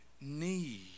need